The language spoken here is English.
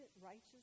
righteous